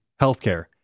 healthcare